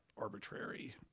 arbitrary